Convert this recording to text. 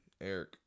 Eric